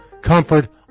comfort